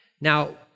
Now